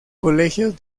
colegios